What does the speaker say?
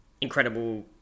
Incredible